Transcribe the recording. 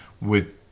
with-